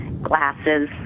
glasses